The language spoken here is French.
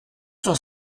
cent